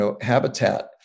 habitat